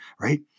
right